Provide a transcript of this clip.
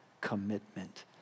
commitment